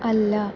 അല്ല